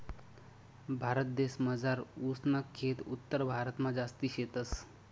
भारतदेसमझार ऊस ना खेत उत्तरभारतमा जास्ती शेतस